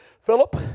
Philip